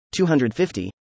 250